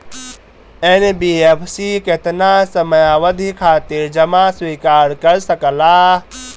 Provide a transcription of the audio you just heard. NBFC केतना समयावधि खातिर जमा स्वीकार कर सकला?